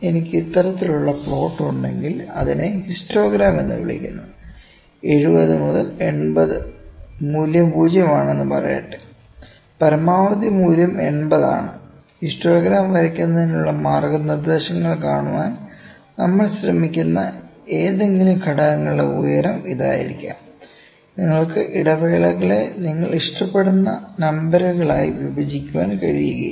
എനിക്ക് ഇത്തരത്തിലുള്ള പ്ലോട്ട് ഉണ്ടെങ്കിൽ ഇതിനെ ഹിസ്റ്റോഗ്രാം എന്ന് വിളിക്കുന്നു70 80 മൂല്യം 0 ആണെന്ന് പറയട്ടെ പരമാവധി മൂല്യം 80 ആണ് ഹിസ്റ്റോഗ്രാം വരയ്ക്കുന്നതിനുള്ള മാർഗ്ഗനിർദ്ദേശങ്ങൾ കാണാൻ നമ്മൾ ശ്രമിക്കുന്ന ഏതെങ്കിലും ഘടകങ്ങളുടെ ഉയരം ഇതായിരിക്കാം നിങ്ങൾക്ക് ഇടവേളകളെ നിങ്ങൾ ഇഷ്ടപ്പെടുന്ന നമ്പറുകളായി വിഭജിക്കാൻ കഴിയില്ല